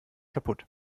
kaputt